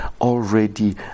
already